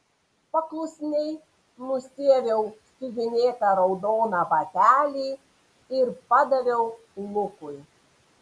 paklusniai nusiaviau siuvinėtą raudoną batelį ir padaviau lukui